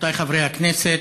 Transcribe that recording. רבותיי חברי הכנסת,